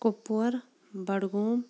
Kupwara Budgam